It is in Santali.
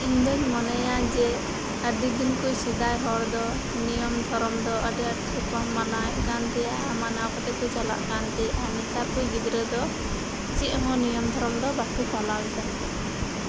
ᱤᱧ ᱫᱚᱧ ᱢᱚᱱᱮᱭᱟ ᱡᱮ ᱟᱹᱰᱤ ᱫᱤᱱ ᱠᱷᱚᱡ ᱥᱮᱫᱟᱭ ᱦᱚᱲ ᱫᱚ ᱱᱤᱭᱚᱢ ᱫᱷᱚᱨᱚᱢ ᱫᱚ ᱟᱹᱰᱤ ᱟᱸᱴ ᱠᱚ ᱢᱟᱱᱟᱣᱮᱫ ᱠᱟᱱ ᱛᱟᱦᱮᱸᱫᱼᱟ ᱢᱟᱱᱟᱣ ᱠᱟᱛᱮᱫ ᱠᱚ ᱪᱟᱞᱟᱜ ᱠᱟᱱ ᱛᱟᱦᱮᱸᱫᱼᱟ ᱟᱨ ᱱᱮᱛᱟᱨ ᱠᱚ ᱜᱤᱫᱽᱨᱟᱹ ᱫᱚ ᱪᱮᱫ ᱦᱚᱸ ᱱᱤᱭᱚᱢ ᱫᱷᱚᱨᱚᱢ ᱫᱚ ᱵᱟᱝᱠᱚ ᱯᱟᱞᱟᱣ ᱮᱫᱟ